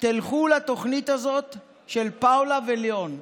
תלכו לתוכנית הזאת של פאולה וליאון.